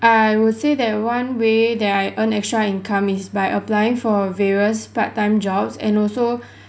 I would say that one way that I earn extra income is by applying for various part-time jobs and also